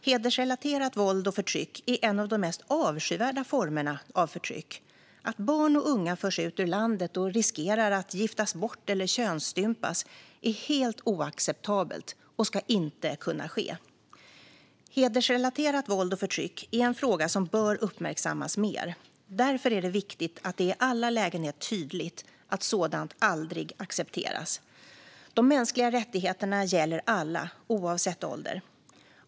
Hedersrelaterat våld och förtryck är en av de mest avskyvärda formerna av förtryck. Att barn och unga förs ut ur landet och riskerar att giftas bort eller könsstympas är helt oacceptabelt och ska inte kunna ske. Hedersrelaterat våld och förtryck är en fråga som bör uppmärksammas mer. Därför är det viktigt att det i alla lägen är tydligt att sådant aldrig accepteras. De mänskliga rättigheterna gäller alla, oavsett ålder.